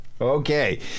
Okay